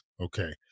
okay